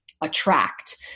attract